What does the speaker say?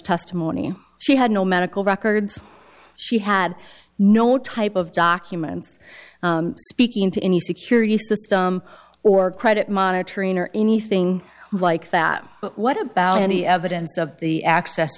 testimony she had no medical records she had no type of documents speaking to any security system or credit monitoring or anything like that what about any evidence of the access